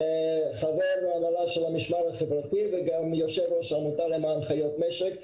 חבר הנהלת המשמר החברתי וגם יושב ראש עמותה למען חיות משק.